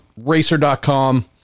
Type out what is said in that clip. racer.com